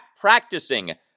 practicing